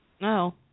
No